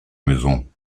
maison